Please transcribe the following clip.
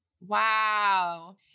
Wow